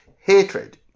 hatred